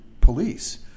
police